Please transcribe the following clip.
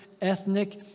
ethnic